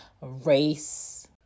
race